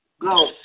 go